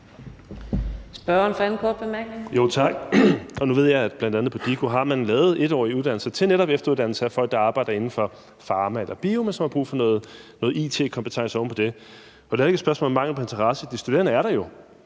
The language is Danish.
Stinus Lindgreen (RV): Tak. Nu ved jeg, at bl.a. på DIKU har man lavet 1-årige uddannelser til netop efteruddannelse af folk, der arbejder inden for farma- eller biobranchen, men som har brug for nogle it-kompetencer oven på det. Det er heller ikke et spørgsmål om mangel på interesse. De studerende er der jo;